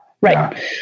right